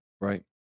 Right